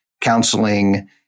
counseling